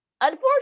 Unfortunately